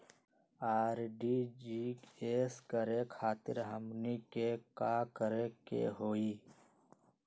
RTGS करे खातीर हमनी के का करे के हो ई?